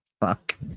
fuck